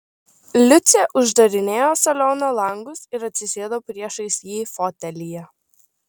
liucė uždarinėjo saliono langus ir atsisėdo priešais jį fotelyje